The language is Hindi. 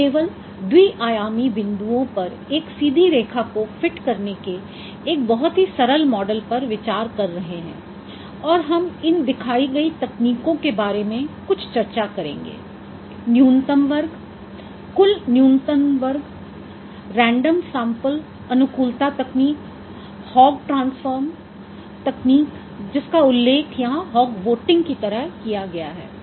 हम केवल द्वि आयामी बिंदुओं पर एक सीधी रेखा को फिट करने के एक बहुत ही सरल मॉडल पर विचार कर रहे हैं और हम इन दिखाई गई तकनीकों के बारे में कुछ चर्चा करेंगे न्यूनतम वर्ग कुल न्यूनतम वर्ग रेंडम सैम्पल अनुकूलता तकनीक हौग ट्रांसफॉर्म तकनीक जिसका उल्लेख यहाँ हौग वोटिंग की तरह किया गया है